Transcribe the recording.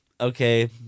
Okay